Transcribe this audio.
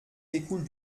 découle